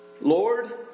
Lord